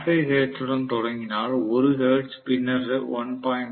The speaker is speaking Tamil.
5 ஹெர்ட்ஸுடன் தொடங்கினால் 1 ஹெர்ட்ஸ் பின்னர் 1